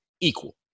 Equal